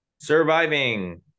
Surviving